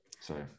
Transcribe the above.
Sorry